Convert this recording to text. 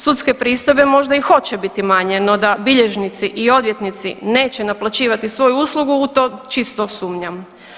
Sudske pristojbe možda i hoće biti manje, no da bilježnici i odvjetnici neće naplaćivati svoju uslugu u to čisto sumnjam.